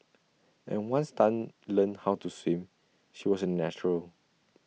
and once Tan learnt how to swim she was A natural